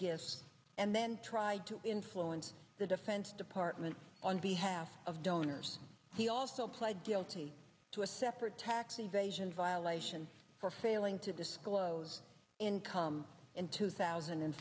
gifts and then tried to influence the defense department on behalf of donors he also pled guilty to a separate tax evasion violation for failing to discuss loz income in two thousand and